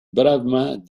bravement